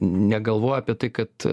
negalvoja apie tai kad